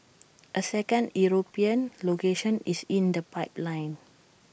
A second european location is in the pipeline